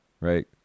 right